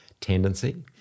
tendency